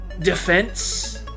Defense